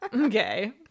Okay